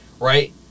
right